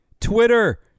Twitter